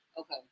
Okay